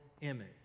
image